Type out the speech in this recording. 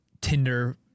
Tinder